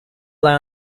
lie